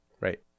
Right